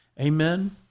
Amen